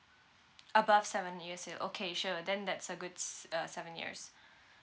above seven years old okay sure then that's a good s uh seven years